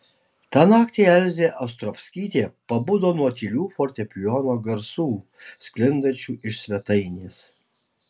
tą naktį elzė ostrovskytė pabudo nuo tylių fortepijono garsų sklindančių iš svetainės